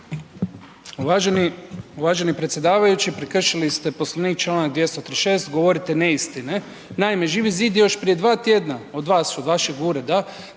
Uvaženi predsjedavajući prekršili ste Poslovnik članak 236. govorite neistine. Naime, Živi zid je još prije 2 tjedna od vas, od vašeg Ureda